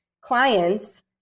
clients